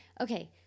Okay